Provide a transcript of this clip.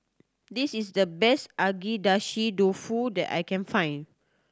this is the best Agedashi Dofu that I can find